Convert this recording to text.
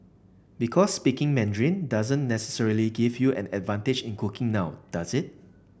because speaking Mandarin doesn't necessarily give you an advantage in cooking now does it